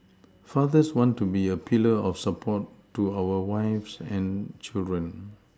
fathers want to be a pillar of support to our wives and children